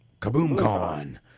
KaboomCon